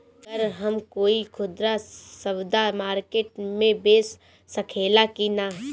गर हम कोई खुदरा सवदा मारकेट मे बेच सखेला कि न?